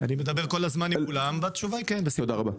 אני מדבר כל הזמן עם כולם, והתשובה היא כן, בשמחה.